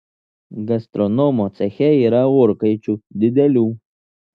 gastronomo ceche yra orkaičių didelių